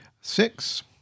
Six